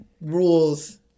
rules